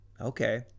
Okay